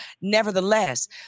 Nevertheless